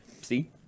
See